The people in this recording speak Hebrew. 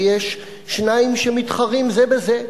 כי יש שניים שמתחרים זה בזה.